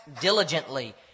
diligently